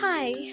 Hi